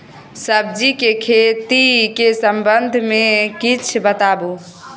सब्जी के खेती के संबंध मे किछ बताबू?